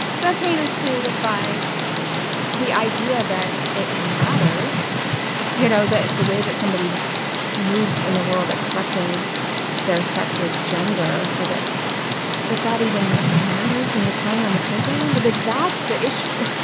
that pain was created by the idea that it matters you know, the the way that somebody moves in the world expressing their sex or gender or that that that even matters when you're playing on the playground like, that's the issue.